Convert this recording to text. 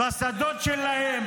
בשדות שלהם,